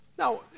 Now